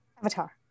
Avatar